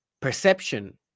perception